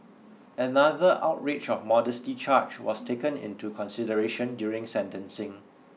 another outrage of modesty charge was taken into consideration during sentencing